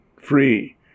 free